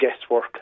guesswork